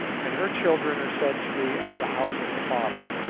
and her children are said to be of the house of the father.